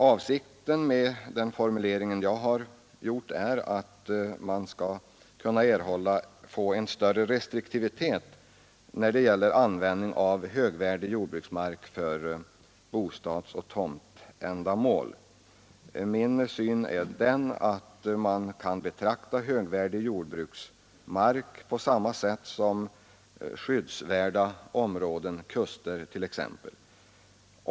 Avsikten med den formulering jag har gjort är att man skall kunna få en större restriktivitet när det gäller användning av högvärdig jordbruksmark för bostadsoch tomtändamål. Min syn är den att högvärdig jordbruksmark kan betraktas på samma sätt som skyddsvärda områden, t.ex. kuster.